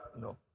No